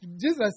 Jesus